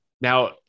now